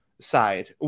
side